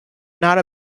not